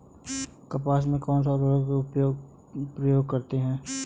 कपास में कौनसा उर्वरक प्रयोग करते हैं?